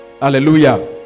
Hallelujah